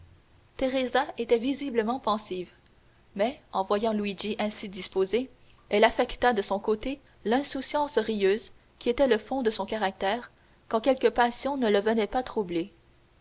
teresa était visiblement pensive mais en voyant luigi ainsi disposé elle affecta de son côté l'insouciance rieuse qui était le fond de son caractère quand quelque passion ne le venait pas troubler